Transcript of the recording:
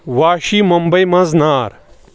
واشی ممبَے منٛز نار